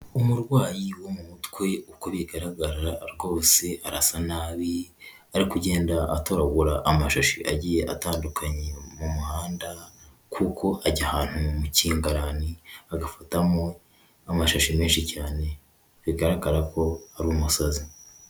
Umurwayi wo mu mutwe uko bigaragara rwose arasa nabi ari kugenda atoragura amashashi agiye atandukanye mu muhanda kuko ajya ahantu mu kingarani agafatamo amashashi menshi cyane bigaragara ko ari umusazi.